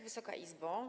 Wysoka Izbo!